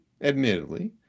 admittedly